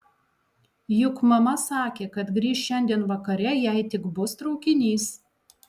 juk mama sakė kad grįš šiandien vakare jei tik bus traukinys